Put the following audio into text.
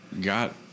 got